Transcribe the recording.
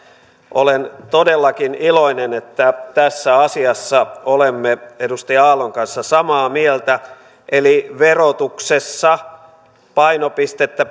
olen todellakin iloinen että tässä asiassa olemme edustaja aallon kanssa samaa mieltä eli verotuksessa painopistettä